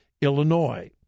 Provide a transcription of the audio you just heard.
Illinois